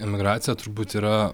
emigracija turbūt yra